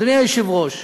אדוני היושב-ראש,